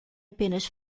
apenas